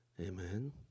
Amen